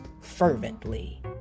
fervently